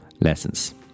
lessons